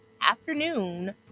afternoon